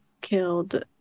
killed